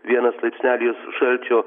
vienas laipsnelis šalčio